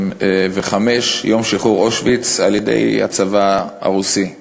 יום שחרור אושוויץ על-ידי הצבא הרוסי ב-1945.